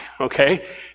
okay